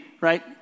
right